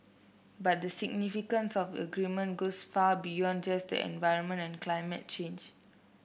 but the significance of agreement goes far beyond just the environment and climate change